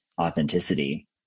authenticity